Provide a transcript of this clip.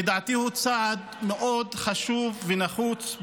לדעתי הוא צעד מאוד חשוב ונחוץ,